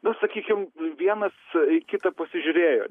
na sakykim vienas į kita pasižiūrėjo